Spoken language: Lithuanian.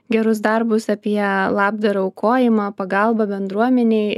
gerus darbus apie labdarą aukojimą pagalbą bendruomenei